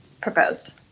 proposed